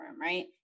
right